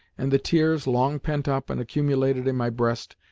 and the tears, long pent up and accumulated in my breast,